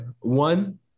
One